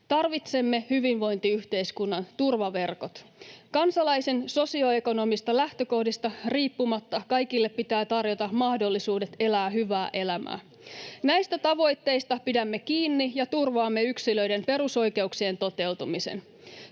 Tarvitsemme hyvinvointiyhteiskunnan turvaverkot. Kansalaisen sosioekonomisista lähtökohdista riippumatta kaikille pitää tarjota mahdollisuudet elää hyvää elämää. Näistä tavoitteista pidämme kiinni ja turvaamme yksilöiden perusoikeuksien toteutumisen.